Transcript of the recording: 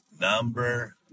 number